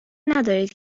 ندارید